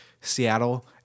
Seattle